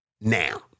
now